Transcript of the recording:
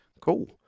Cool